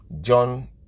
john